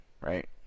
right